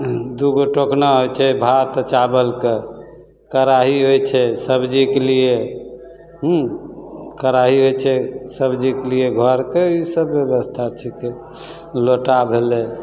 हुँ दुइगो टोकना होइ छै भात चावलके कड़ाही होइ छै सबजीके लिए हुँ कड़ाही होइ छै सबजीके लिए घरके ईसब बेबस्था छिकै लोटा भेलै